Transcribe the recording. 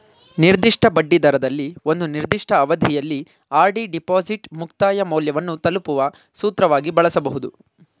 ನಿರ್ದಿಷ್ಟ ಬಡ್ಡಿದರದಲ್ಲಿ ಒಂದು ನಿರ್ದಿಷ್ಟ ಅವಧಿಯಲ್ಲಿ ಆರ್.ಡಿ ಡಿಪಾಸಿಟ್ ಮುಕ್ತಾಯ ಮೌಲ್ಯವನ್ನು ತಲುಪುವ ಸೂತ್ರವಾಗಿ ಬಳಸಬಹುದು